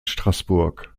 straßburg